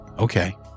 Okay